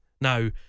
Now